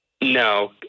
No